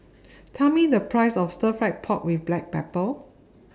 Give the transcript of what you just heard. Tell Me The Price of Stir Fry Pork with Black Pepper